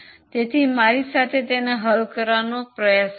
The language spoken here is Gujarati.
તેથી મારી સાથે તેને હલ કરવાનો પ્રયાસ કરો